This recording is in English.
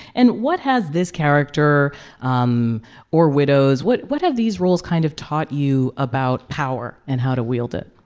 and what has this character um or widows what what have these roles kind of taught you about power and how to wield it?